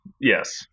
yes